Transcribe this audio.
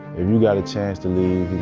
and you got a chance to leave